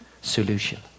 solution